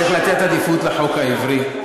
דקה, צריך לתת עדיפות לתאריך העברי.